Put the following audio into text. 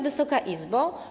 Wysoka Izbo!